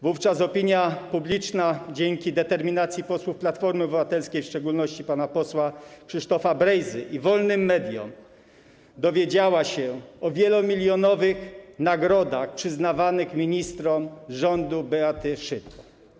Wówczas opinia publiczna dzięki determinacji posłów Platformy Obywatelskiej, w szczególności pana posła Krzysztofa Brejzy, i wolnym mediom dowiedziała się o wielomilionowych nagrodach przyznawanych ministrom rządu Beaty Szydło.